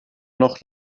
noch